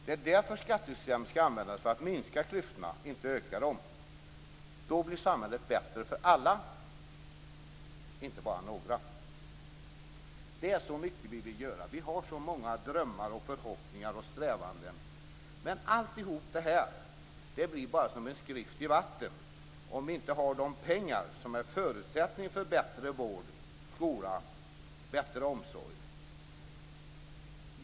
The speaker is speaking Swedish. Det är därför som skattesystemet skall användas för att minska klyftorna, inte för att öka dem. Då blir samhället bättre för alla, inte bara för några. Det är så mycket som vi vill göra. Vi har så många drömmar, förhoppningar och strävanden. Men alltihop blir bara som en skrift i vatten om vi inte har de pengar som är en förutsättning för bättre vård, bättre skola och bättre omsorg.